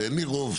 אין לי רוב,